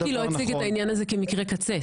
שיקי לא הציג את העניין כמקרה קצה.